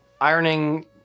Ironing